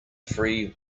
free